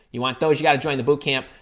you want those, you got to join the bootcamp.